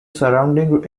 surrounding